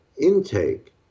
intake